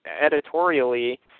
editorially